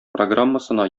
программасына